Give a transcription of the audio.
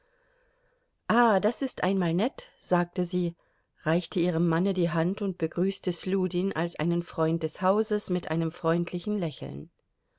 ah das ist einmal nett sagte sie reichte ihrem manne die hand und begrüßte sljudin als einen freund des hauses mit einem freundlichen lächeln